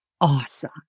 awesome